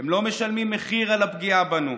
הם לא משלמים מחיר על הפגיעה בנו,